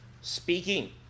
speaking